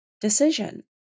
decision